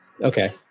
okay